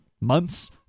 months